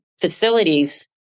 facilities